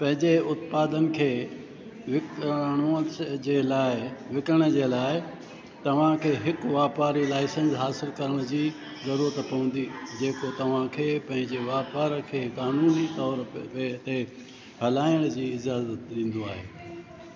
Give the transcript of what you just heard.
पंहिंजे उत्पादनि खे विकिणण जे लाइ विकण जे लाइ तव्हांखे हिकु वापारी लाइसेंस हालतु करण जी ज़रूरत पवंदी जेको तव्हांखे पंहिंजे वापार खे कानूनी तौर ते हलायण जी इजाज़ति ॾींदो आहे